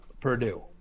Purdue